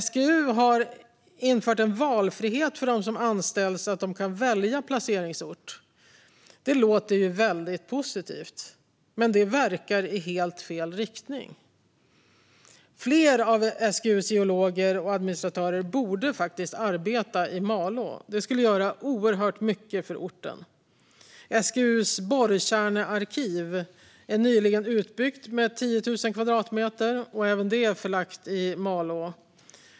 SGU har infört en valfrihet för dem som anställs så att de kan välja placeringsort. Det låter väldigt positivt, men det verkar i helt fel riktning. Fler av SGU:s geologer och administratörer borde faktiskt arbeta i Malå. Det skulle göra oerhört mycket för orten. SGU:s borrkärnearkiv är nyligen utbyggt med 10 000 kvadratmeter, och även det är förlagt till Malå.